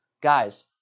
Guys